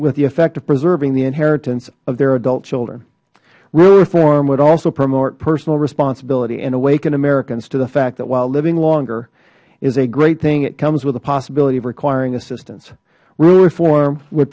the effect of preserving the inheritance of their adult children real reform would also promote personal responsibility and awaken americans to the fact that while living longer is a great thing it comes with the possibility of requiring assistance real reform w